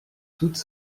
toute